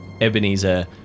Ebenezer